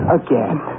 again